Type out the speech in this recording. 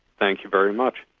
thank you very much.